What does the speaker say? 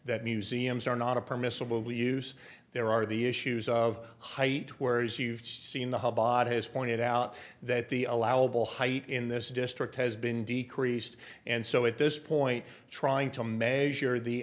that museums are not a permissible use there are the issues of height where as you've seen the hublot has pointed out that the allowable height in this district has been decreased and so at this point trying to measure the